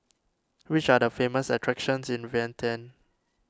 which are the famous attractions in Vientiane